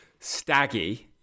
staggy